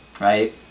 Right